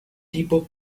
tipos